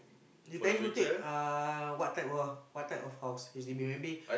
you planning to take uh what type of what type of house H_D_B maybe